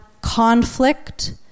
conflict